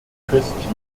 christian